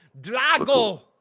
Drago